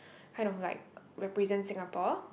kind of like represent Singapore